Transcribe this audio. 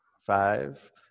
Five